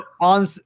on